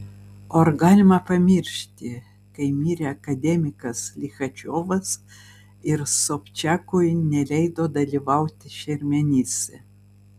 o ar galima pamiršti kai mirė akademikas lichačiovas ir sobčiakui neleido dalyvauti šermenyse